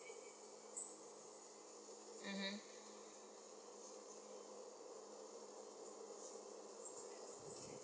mmhmm